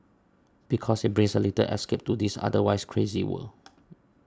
because it brings a little escape to this otherwise crazy world